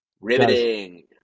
Riveting